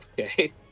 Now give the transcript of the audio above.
Okay